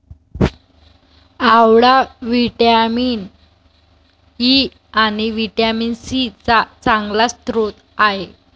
आवळा vitamin E आणि vitamin C चा चांगला स्रोत आहे